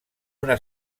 una